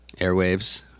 airwaves